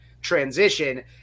transition